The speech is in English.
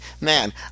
man